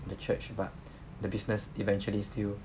the church but the business eventually still